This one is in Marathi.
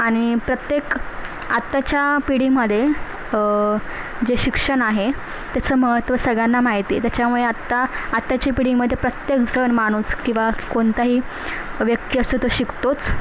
आणि प्रत्येक आत्ताच्या पिढीमध्ये जे शिक्षण आहे त्याचं महत्त्व सगळ्यांना माहिती आहे त्याच्यामुळे आत्ता आत्ताच्या पिढीमध्ये प्रत्येकजण माणूस किंवा कोणताही व्यक्ती असतो तो शिकतोच